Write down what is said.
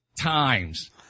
times